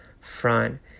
front